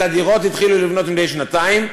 את הדירות התחילו לבנות לפני שנתיים,